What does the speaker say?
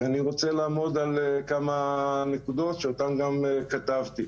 ואני רוצה לעמוד על כמה נקודות שאותן גם כתבתי.